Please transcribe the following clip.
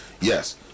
Yes